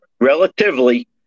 relatively